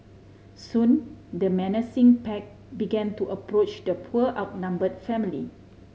soon the menacing pack began to approach the poor outnumbered family